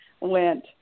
went